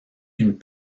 une